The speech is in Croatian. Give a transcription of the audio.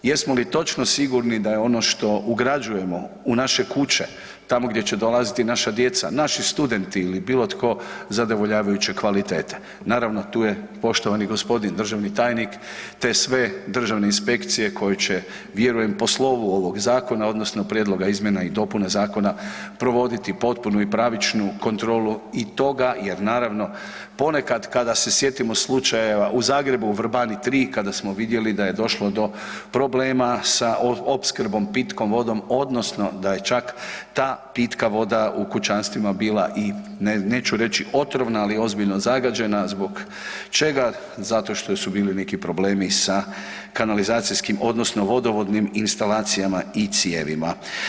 Jesmo li točno sigurni da je ono što ugrađujemo u naše kuće, tamo gdje će dolaziti naša djeca, naši studenti ili bilo tko zadovoljavajuće kvalitete, naravno tu je poštovani gospodin državni tajnik, te sve državne inspekcije koje će vjerujem po slovu ovog Zakona odnosno Prijedloga izmjena i dopuna Zakona provoditi potpunu i pravičnu kontrolu i toga jer naravno ponekad kada se sjetimo slučajeva u Zagrebu, Vrbani III kada smo vidjeli da je došlo do problema sa opskrbom pitkom vodom odnosno da je čak ta pitka voda u kućanstvima bila i neću, reći otrovna, ali ozbiljno zagađena, zbog čega?, zato što su bili neki problemi sa kanalizacijskim odnosno vodovodnim instalacijama i cijevima.